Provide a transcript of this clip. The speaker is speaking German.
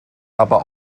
aber